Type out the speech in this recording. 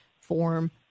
form